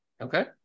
Okay